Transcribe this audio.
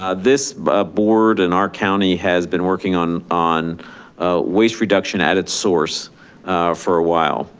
ah this board and our county has been working on on waste reduction at it's source for a while.